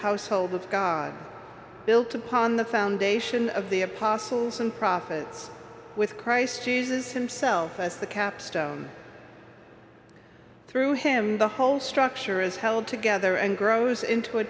household of god built upon the foundation of the apostles and prophets with christ jesus himself as the capstone through him the whole structure is held together and grows into a